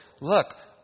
Look